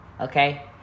Okay